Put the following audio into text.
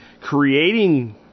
creating